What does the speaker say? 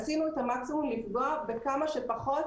עשינו את המקסימום כדי לפגוע בכמה שפחות בתים להריסה.